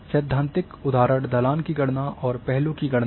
सैद्धांतिक उदाहरण ढलान की गणना और पहलू की गणना हैं